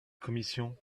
commission